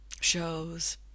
shows